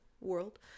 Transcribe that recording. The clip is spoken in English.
world